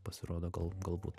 pasirodo gal galbūt